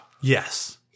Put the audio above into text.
Yes